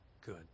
good